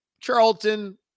Charlton